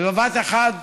ובבת אחת